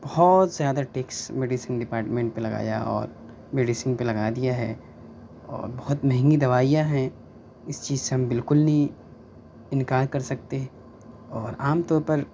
بہت زیادہ tax medicine department پہ لگایا اور میڈسین پہ لگا دیا ہے اور بہت مہنگی دوائیاں ہیں اس چیز سے ہم بالکل ہی انکار کر سکتے اورعام طور پر